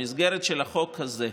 במסגרת החוק הזה,